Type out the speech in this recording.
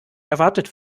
erwartet